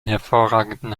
hervorragenden